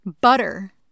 butter